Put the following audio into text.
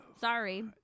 sorry